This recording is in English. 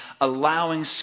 allowing